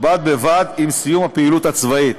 בד בבד עם סיום הפעילות הצבאית.